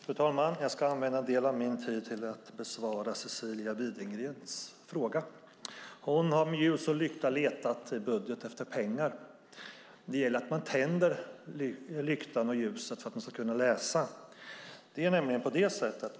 Fru talman! Jag ska använda en del av min tid till att besvara Cecilia Widegrens fråga. Hon har med ljus och lykta letat i budgeten efter pengar. Det gäller att tända lyktan och ljuset om man ska kunna läsa.